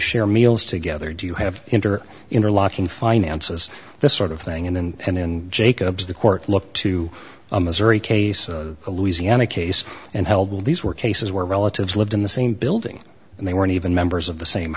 share meals together do you have enter interlocking finances this sort of thing and in jacobs the court look to a missouri case a louisiana case and held these were cases where relatives lived in the same building and they weren't even members of the same